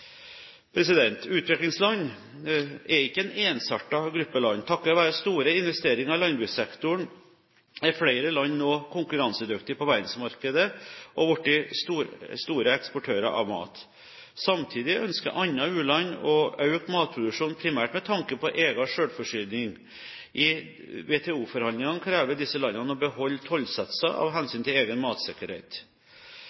Utviklingsland er ikke en ensartet gruppe land. Takket være store investeringer i landbrukssektoren er flere land nå konkurransedyktige på verdensmarkedet og er blitt store eksportører av mat. Samtidig ønsker andre u-land å øke matproduksjonen, primært med tanke på egen selvforsyning. I WTO-forhandlingene krever disse landene å beholde tollsatser av